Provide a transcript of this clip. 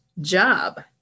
job